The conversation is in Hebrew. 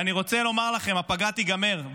ואני רוצה לומר לכם שהפגרה תיגמר,